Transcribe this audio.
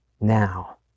now